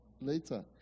later